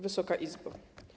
Wysoka Izbo!